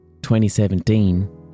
2017